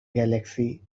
galaxy